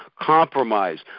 compromise